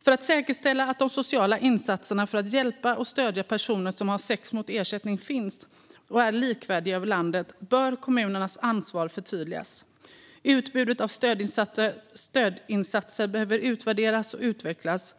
För att säkerställa att de sociala insatserna för att hjälpa och stödja personer som har sex mot ersättning finns och är likvärdiga över landet bör kommunernas ansvar förtydligas. Utbudet av stödinsatser behöver utvärderas och utvecklas.